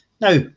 Now